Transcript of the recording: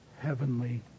Heavenly